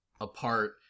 apart